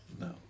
No